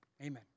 amen